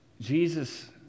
Jesus